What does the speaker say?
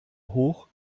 hoch